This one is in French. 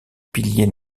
pilier